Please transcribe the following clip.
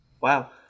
Wow